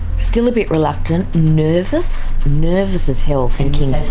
still a bit reluctant, nervous, nervous as hell, thinking.